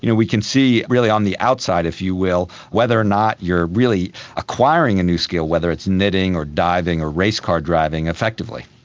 you know we can see really on the outside, if you will, whether or not you are really acquiring a new skill, whether it's knitting or diving or race car driving effectively.